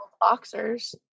boxers